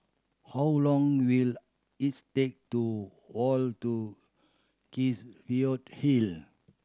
how long will it take to walk to Hill